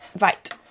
right